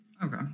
Okay